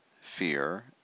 fear